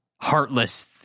heartless